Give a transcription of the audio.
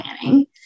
planning